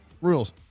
Rules